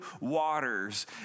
waters